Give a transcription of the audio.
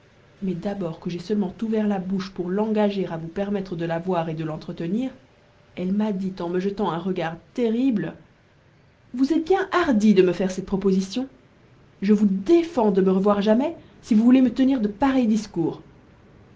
mais d'abord que j'ai seulement ouvert la bouche pour l'engager à vous permettre de la voir et de l'entretenir elle m'a dit en me jetant un regard terrible vous êtes bien hardie de me faire cette proposition je vous défends de me revoir jamais si vous voulez me tenir de pareils discours